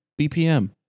BPM